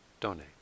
donate